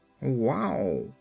Wow